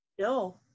No